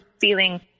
feeling